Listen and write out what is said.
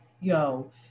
yo